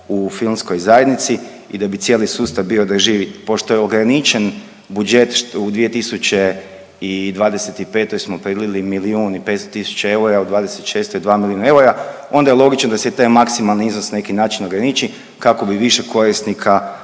u filmskoj zajednici i da bi cijeli sustav bio …/Govornik se ne razumije./ pošto je ograničen budžet i '25. smo predvidjeli milijun i 500 tisuća eura u '26. 2 milijuna eura, onda je logično da se i taj maksimalni iznos na neki način ograniči kako bi više korisnika